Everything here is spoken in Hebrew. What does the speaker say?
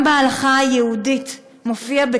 גם בהלכה היהודית מופיע,